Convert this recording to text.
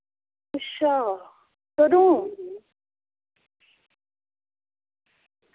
अच्छा कदूं